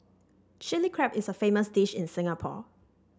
Chilli Crab is a famous dish in Singapore